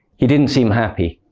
he didn't seem happy.